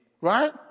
right